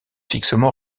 fixement